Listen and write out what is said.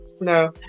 No